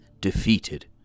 defeated